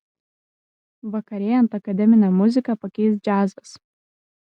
vakarėjant akademinę muziką pakeis džiazas